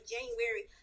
January